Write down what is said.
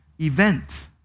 event